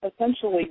essentially